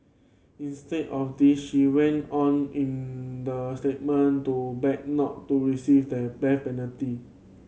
instead of this she went on in the statement to beg not to receive the penalty